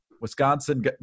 Wisconsin